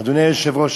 אדוני היושב-ראש,